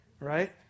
right